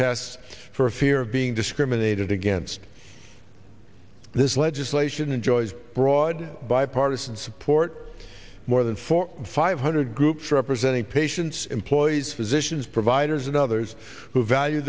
tests for fear of being discriminated against this legislation enjoys broad bipartisan support more than four five hundred groups representing patients employees physicians providers and others who value